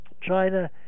China